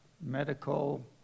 medical